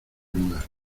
lugar